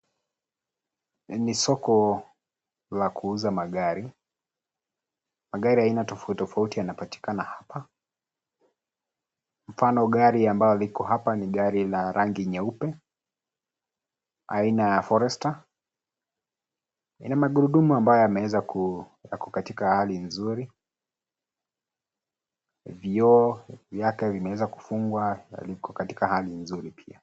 Ni soko la kuuza magari , magari ya aina tofauti tofauti yanapatikana hapa. mfano gari ambalo liko hapa ni gari la rangi nyeupe aina ya forester . Ina magurudumu ambayo yameweza ku, yako katika hali nzuri . Vioo vyake vimeweza kufungwa na liko katika hali nzuri pia